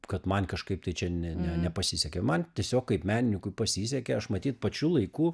kad man kažkaip tai čia ne ne nepasisekė man tiesiog kaip menininkui pasisekė aš matyt pačiu laiku